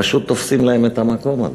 פשוט תופסים את המקום הזה.